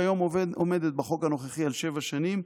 שהיום בחוק הנוכחי עומדת על שבע שנים,